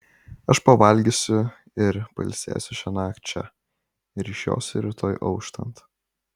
aš pavalgysiu ir pailsėsiu šiąnakt čia ir išjosiu rytoj auštant